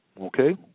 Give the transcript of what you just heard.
Okay